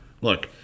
Look